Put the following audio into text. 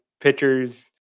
pitchers